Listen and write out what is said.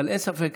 אבל אין ספק,